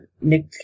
nick